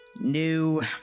New